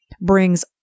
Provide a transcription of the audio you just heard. brings